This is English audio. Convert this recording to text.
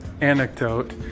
anecdote